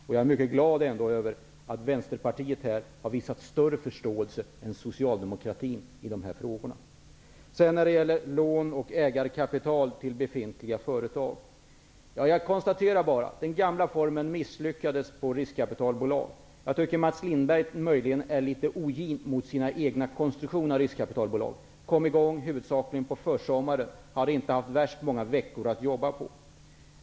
Jag är ändå mycket glad över att Vänsterpartiet i de här frågorna har visat större förståelse än socialdemokratin. Sedan till frågan om lån och ägarkapital till befintliga företag. Jag konstaterar bara att den gamla formen av riskkapitalbolag misslyckades. Jag tycker möjligen att Mats Lindberg är litet ogin mot Socialdemokraternas egen konstruktion av riskkapitalbolag. De kom i gång huvudsakligen på försommaren och har inte haft värst många veckor på sig att jobba.